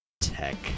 tech